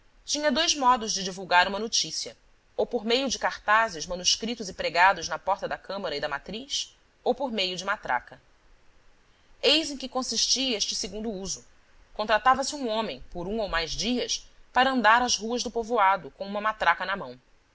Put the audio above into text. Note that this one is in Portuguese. tinha dois modos de divulgar uma notícia ou por meio de cartazes manuscritos e pregados na porta da câmara e da matriz ou por meio de matraca eis em que consistia este segundo uso contratava se um homem por um ou mais dias para andar as ruas do povoado com uma matraca na mão